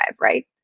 right